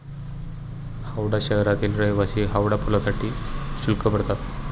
हावडा शहरातील रहिवासी हावडा पुलासाठी शुल्क भरतात